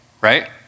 right